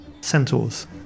centaurs